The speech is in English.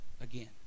again